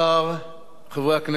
חברי הכנסת, כנסת נכבדה,